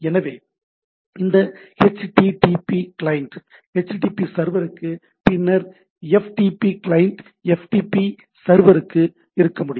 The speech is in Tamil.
எனவே இந்த H T T P client H T T P சர்வருக்கு பின்னர் F T client F T P சர்வருக்கு இருக்க முடியும்